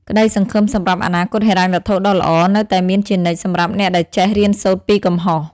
ក្តីសង្ឃឹមសម្រាប់អនាគតហិរញ្ញវត្ថុដ៏ល្អ នៅតែមានជានិច្ចសម្រាប់អ្នកដែលចេះរៀនសូត្រពីកំហុស។